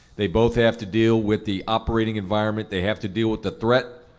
they both have to deal with the operating environment, they have to deal with the threat,